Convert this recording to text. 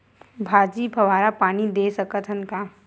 भाजी फवारा पानी दे सकथन का?